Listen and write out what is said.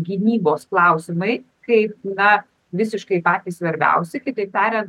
gynybos klausimai kaip na visiškai patys svarbiausi kitaip tariant